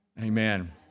Amen